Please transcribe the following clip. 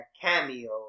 cameo